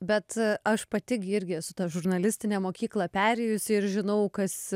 bet aš pati gi irgi esu tą žurnalistinę mokyklą perėjusi ir žinau kas